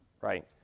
right